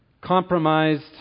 compromised